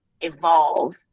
evolve